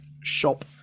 shop